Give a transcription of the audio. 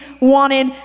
wanted